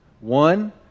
One